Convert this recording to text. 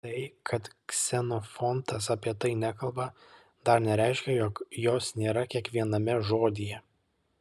tai kad ksenofontas apie tai nekalba dar nereiškia jog jos nėra kiekviename žodyje